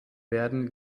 werden